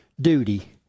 duty